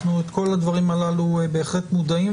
אנחנו לכל הדברים הללו בהחלט מודעים.